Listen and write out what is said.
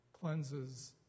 cleanses